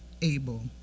able